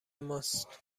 ماست